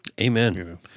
Amen